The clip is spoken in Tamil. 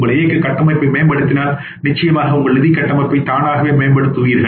உங்கள் இயக்க கட்டமைப்பை மேம்படுத்தினால் நிச்சயமாக உங்கள் நிதி கட்டமைப்பை தானாகவே மேம்படுத்துவீர்கள்